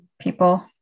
people